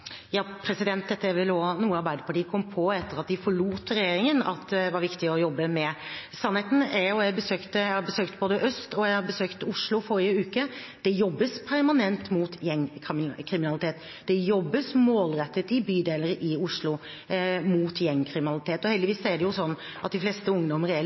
Dette er vel også noe Arbeiderpartiet kom på etter at de forlot regjeringen – at det var viktig å jobbe med. Jeg har besøkt Øst politidistrikt, og jeg besøkte Oslo forrige uke. Det jobbes permanent med gjengkriminalitet. Det jobbes målrettet i bydeler i Oslo mot gjengkriminalitet. Heldigvis er det sånn at de fleste ungdommer